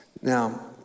Now